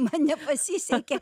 man nepasisekė